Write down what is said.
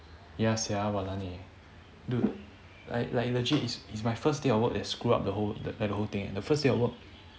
ya sia walan eh dude like like legit is is my first day of work that screw up the whole the whole thing eh the first day of work